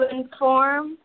inform